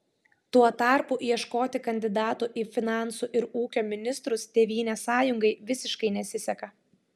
tuo tarpu ieškoti kandidatų į finansų ir ūkio ministrus tėvynės sąjungai visiškai nesiseka